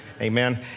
Amen